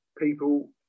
people